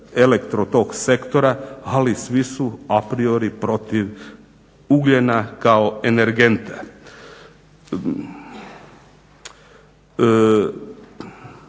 elektro tog sektora, ali svi su apriori protiv ugljena kao energenta.